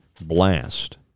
blast